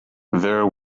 there